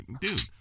Dude